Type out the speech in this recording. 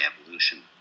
evolution